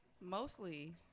Mostly